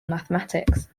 mathematics